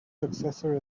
successor